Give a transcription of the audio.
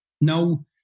No